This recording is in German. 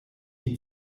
die